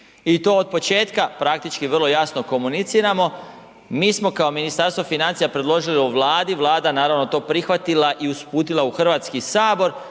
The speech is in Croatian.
I to od početka praktički vrlo jasno komuniciramo, mi smo kao Ministarstvo financija predložili u Vladi, Vlada naravno to prihvatila i uputila u Hrvatski sabor